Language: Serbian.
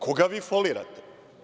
Koga vi folirate?